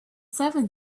seven